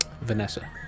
Vanessa